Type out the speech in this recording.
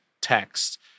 text